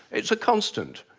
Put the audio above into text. it's a constant!